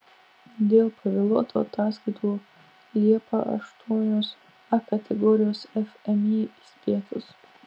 dėl pavėluotų ataskaitų liepą aštuonios a kategorijos fmį įspėtos